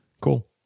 Cool